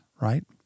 right